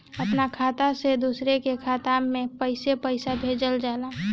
अपने खाता से दूसरे के खाता में कईसे पैसा भेजल जाला?